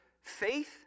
faith